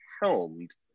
helmed